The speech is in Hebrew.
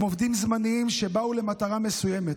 הם עובדים זמניים שבאו למטרה מסוימת.